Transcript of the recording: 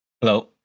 Hello